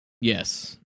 Yes